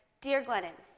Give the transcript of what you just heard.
dear glennon,